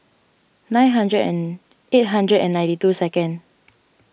nine hundred and eight hundred and ninety two second